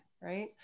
Right